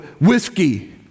whiskey